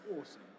Awesome